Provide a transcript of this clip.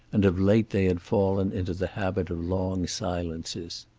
and of late they had fallen into the habit of long silences.